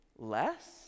Less